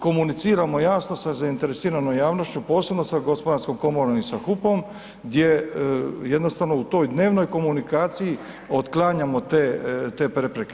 Komuniciramo jasno sa zainteresiranom javnošću, posebno sa Gospodarskom komorom i sa HUP-om gdje jednostavno u toj dnevnoj komunikaciji otklanjamo te prepreke.